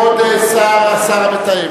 רבותי חברי הכנסת,